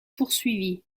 poursuivit